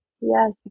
Yes